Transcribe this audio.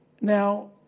Now